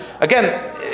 again